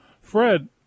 Fred